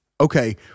okay